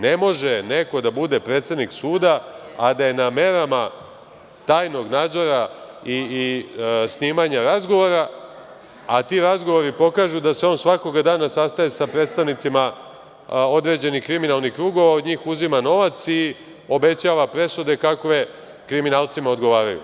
Ne može neko da bude predsednik suda, a da je na merama tajnog nadzora i snimanja razgovora, a ti razgovori pokažu da se on svakoga dana sastaje sa predstavnicima određenih kriminalnih krugova, od njih uzima novac i obećava presude kakve kriminalcima odgovaraju.